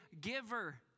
giver